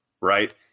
right